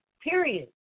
period